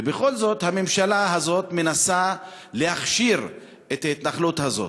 ובכל זאת הממשלה הזאת מנסה להכשיר את ההתנחלות הזאת,